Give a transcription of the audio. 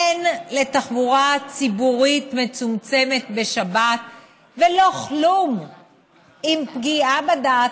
אין לתחבורה ציבורית מצומצמת בשבת ולא כלום עם פגיעה בדת,